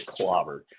clobbered